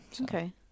okay